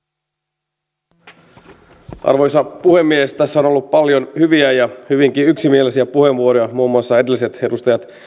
arvoisa puhemies tässä on ollut paljon hyviä ja hyvinkin yksimielisiä puheenvuoroja muun muassa edelliset edustajat